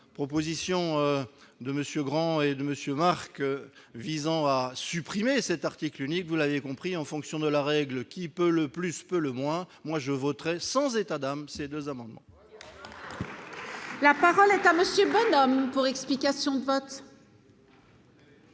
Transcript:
proposition de monsieur Grand et de monsieur Marc visant à supprimer cet article unique, vous l'avez compris en fonction de la règle qui peut le plus peut le moins, moi je voterai sans état d'âme, ces 2 amendements. La parole est à monsieur Bonhomme pour explication de vote.